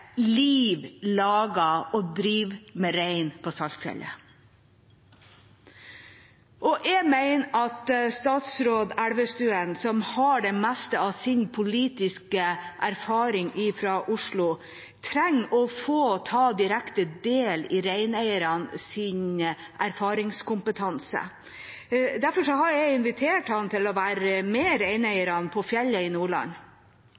liv laga å drive med rein på Saltfjellet? Jeg mener at statsråd Elvestuen, som har det meste av sin politiske erfaring fra Oslo, trenger å få ta direkte del i reineiernes erfaringskompetanse. Derfor har jeg invitert ham til å være med reineierne på fjellet i Nordland,